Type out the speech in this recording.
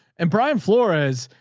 and brian flores.